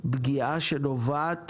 פגיעה שנובעת